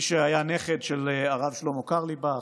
היה נכד של הרב שלמה קרליבך,